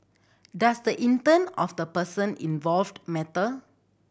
does the intent of the person involved matter